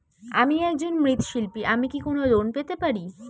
আমি একজন মৃৎ শিল্পী আমি কি কোন লোন পেতে পারি?